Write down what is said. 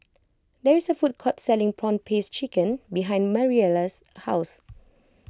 there is a food court selling Prawn Paste Chicken behind Mariela's house